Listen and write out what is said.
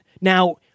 Now